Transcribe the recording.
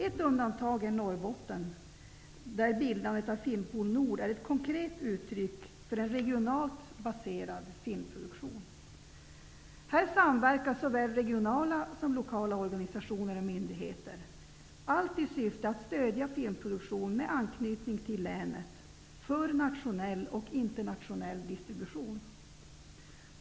Ett undantag är Norrbotten, där bildandet av Filmpool Nord är ett konkret uttryck för en regionalt baserad filmproduktion. I Filmpool Nord samverkar såväl regionala som lokala organisationer och myndigheter, allt i syfte att stödja filmproduktion med anknytning till Norrbotten för nationell och internationell distribution.